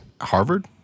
Harvard